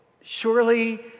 Surely